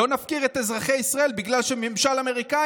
לא נפקיר את אזרחי ישראל בגלל שממשל אמריקאי